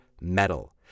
metal